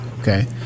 Okay